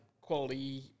Quality